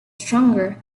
stronger